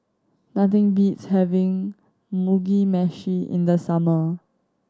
nothing beats having Mugi Meshi in the summer